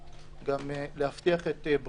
לכן אנו רוצים לאפשר את הכלי הזה למקרה